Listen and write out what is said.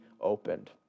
opened